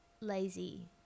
lazy